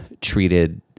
treated